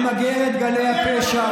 היא למגר את גלי הפשע,